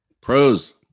Pros